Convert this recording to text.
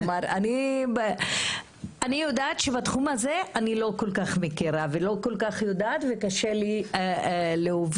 אני יודעת שבתחום הזה אני לא כל-כך מכירה ויודעת וקשה לי להבין.